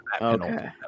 Okay